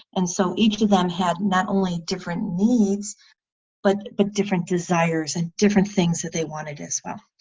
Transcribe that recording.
and so each of them had not only different needs but but different desires and different things that they wanted as well.